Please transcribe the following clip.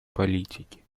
политике